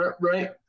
right